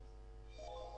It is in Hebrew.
תראו איזה אבסורד,